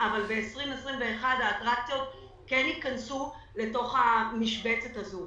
אבל ב-2021 האטרקציות כן ייכנסו לתוך המשבצת הזאת.